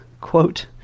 Quote